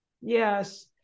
Yes